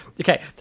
okay